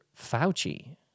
Fauci